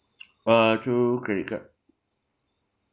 uh through credit card